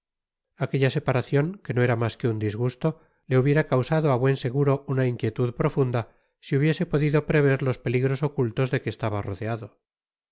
aquella separacion que no era mas que un disgusto le hubiera causado á buen seguro una inquietud profunda si hubiese podido prever los peligros ocultos de que estaba rodeado